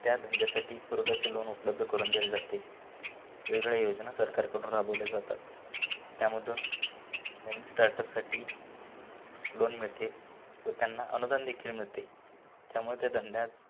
त्या धंद्यासाठी पुरक असे लोन उपलब्ध करून दिले जाते वेगळ्या योजना सरकारकडून राबवल्या जातात त्यामधून नवीन स्टार्टअपसाठी लोन मिळते व त्यांना अनुदानदेखील मिळते त्यामुळे त्या धंद्यास